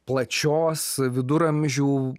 plačios viduramžių